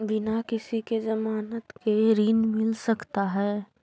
बिना किसी के ज़मानत के ऋण मिल सकता है?